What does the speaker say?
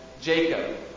Jacob